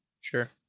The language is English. Sure